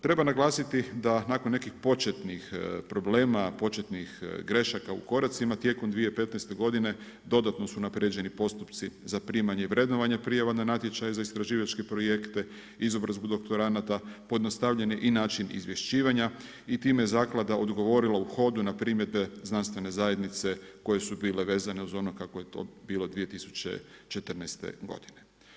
Treba naglasiti da nakon nekih početnih problema, početnih grešaka u koracima tijekom 2015. godine dodatno su unapređeni postupci za primanje i vrednovanje prijava na natječaj za istraživačke projekte, izobrazbu doktoranata, pojednostavljen je i način izvješćivanja i time je zaklada odgovorila u hodu na primjedbe znanstvene zajednice koje su bile vezane uz ono kako je to bilo 2014. godine.